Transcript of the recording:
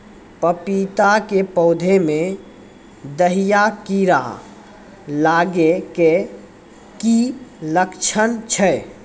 पपीता के पौधा मे दहिया कीड़ा लागे के की लक्छण छै?